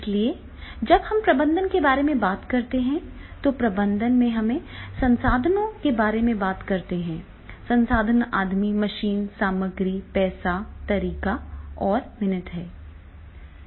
इसलिए जब हम प्रबंधन के बारे में बात करते हैं तो प्रबंधन में हम संसाधनों के बारे में बात करते हैं संसाधन आदमी मशीन सामग्री पैसा तरीके और मिनट हैं